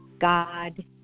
God